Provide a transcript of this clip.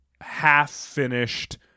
half-finished